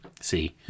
See